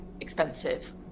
expensive